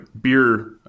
beer